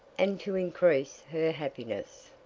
and to increase her happiness.